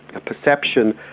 a perception,